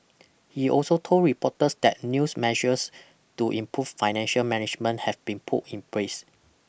he also told reporters that news measures to improve financial management have been put in place